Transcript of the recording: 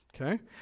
okay